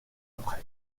après